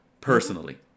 personally